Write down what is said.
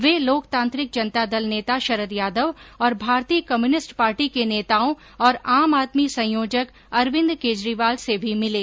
वे लोकतांत्रिक जनता दल नेता शरद यादव और Bharatiya communist party के नेताओं और आम आदमी संयोजक अरविंद केजरीवाल से भी मिले